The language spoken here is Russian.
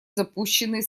запущенный